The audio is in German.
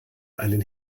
einen